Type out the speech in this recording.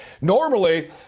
Normally